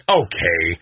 okay